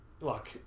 Look